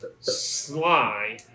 sly